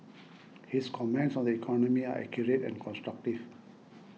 his comments on the economy are accurate and constructive